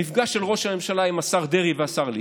מפגש של ראש הממשלה עם השר דרעי והשר ליצמן,